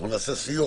אנחנו נעשה סיור,